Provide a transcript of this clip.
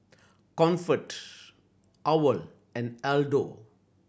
Comfort owl and Aldo